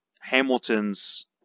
Hamilton's